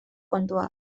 kontua